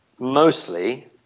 mostly